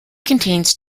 contains